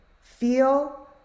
feel